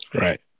Right